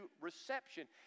reception